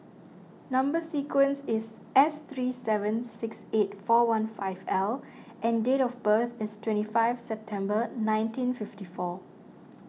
Number Sequence is S three seven six eight four one five L and date of birth is twenty five September nineteen fifty four